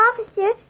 Officer